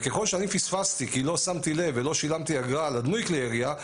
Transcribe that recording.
וככל שאני פספסתי כי לא שמתי לב ולא שילמתי אגרה על הדמוי כלי ירייה,